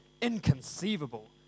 inconceivable